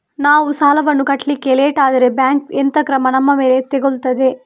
ನಾವು ಸಾಲ ವನ್ನು ಕಟ್ಲಿಕ್ಕೆ ಲೇಟ್ ಆದ್ರೆ ಬ್ಯಾಂಕ್ ಎಂತ ಕ್ರಮ ನಮ್ಮ ಮೇಲೆ ತೆಗೊಳ್ತಾದೆ?